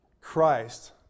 Christ